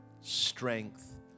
strength